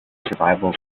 survival